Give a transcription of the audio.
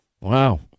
Wow